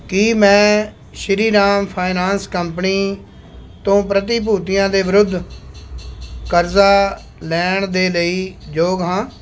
ਕੀ ਮੈਂ Shriram Finance company ਤੋਂ ਪ੍ਰਤੀਭੂਤੀਆਂ ਦੇ ਵਿਰੁੱਧ ਕਰਜ਼ਾ ਲੈਣ ਦੇ ਲਈ ਯੋਗ ਹਾਂ